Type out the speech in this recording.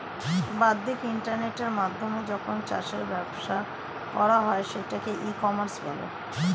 বাদ্দিক ইন্টারনেটের মাধ্যমে যখন চাষের ব্যবসা করা হয় সেটাকে ই কমার্স বলে